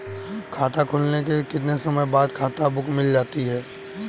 खाता खुलने के कितने समय बाद खाता बुक मिल जाती है?